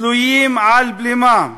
תלויים על בלימה,